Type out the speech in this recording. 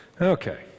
Okay